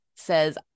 says